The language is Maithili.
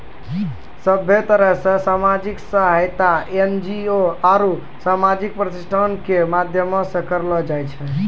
सभ्भे तरहो के समाजिक सहायता एन.जी.ओ आरु समाजिक प्रतिष्ठानो के माध्यमो से करलो जाय छै